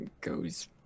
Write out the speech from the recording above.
goes